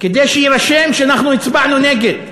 כדי שיירשם שאנחנו הצבענו נגד,